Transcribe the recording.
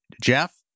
Jeff